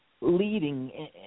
leading